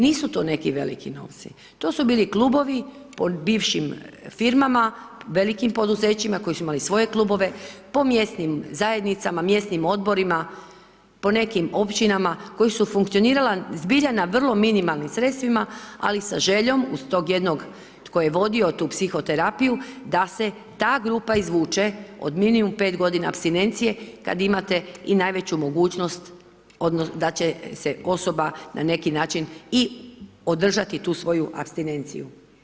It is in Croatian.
Nisu to neki veliki novci, to su bili klubovi po bivšim firmama, velikim poduzećima, koji su imali svoje klubove, po mjesnim zajednicama, mjesnim odborima, po nekim općinama koja su funkcionirala zbilja na vrlo minimalnim sredstvima ali sa željom uz tog jednog tko je vodio tu psihoterapiju da se ta grupa izvuče od minimum 5 godina apstinencije kada imate i najveću mogućnost da će se osoba na neki način i održati tu svoju apstinenciju.